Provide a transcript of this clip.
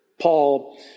Paul